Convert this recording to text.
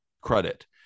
Credit